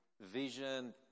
vision